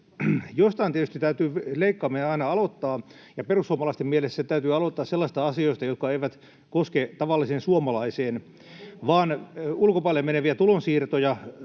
Jostain tietysti täytyy leikkaaminen aina aloittaa, ja perussuomalaisten mielestä se täytyy aloittaa sellaista asioista, jotka eivät koske tavalliseen suomalaiseen, vaan ulkomaille meneviä tulonsiirtoja